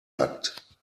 akt